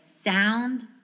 sound